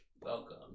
Welcome